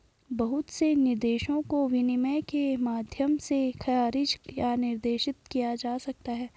बहुत से निर्देशों को विनियमन के माध्यम से खारिज या निर्देशित किया जा सकता है